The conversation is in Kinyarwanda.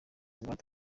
ingwate